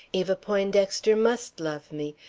eva poindexter must love me,